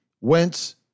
Wentz